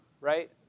right